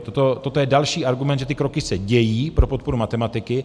Toto je další argument, že ty kroky se dějí pro podporu matematiky.